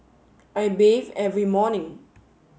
I bathe every morning